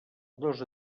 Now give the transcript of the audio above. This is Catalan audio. dos